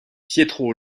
pietro